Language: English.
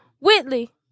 Whitley